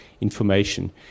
information